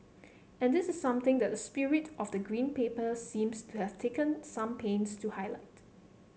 and this is something that the spirit of the Green Paper seems to have taken some pains to highlight